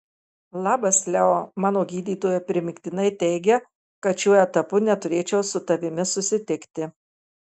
labas leo mano gydytoja primygtinai teigia kad šiuo etapu neturėčiau su tavimi susitikti